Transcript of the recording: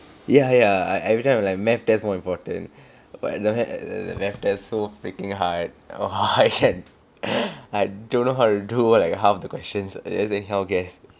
ya ya I everytime like math test more important but no leh the math test is so freaking hard or high head I don't know how to do like err half the questions I just anyhow guess